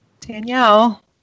Danielle